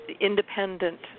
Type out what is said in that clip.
independent